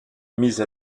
mise